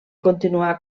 continuar